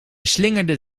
slingerde